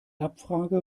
abfrage